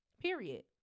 Period